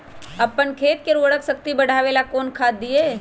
अपन खेत के उर्वरक शक्ति बढावेला कौन खाद दीये?